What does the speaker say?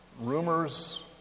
rumors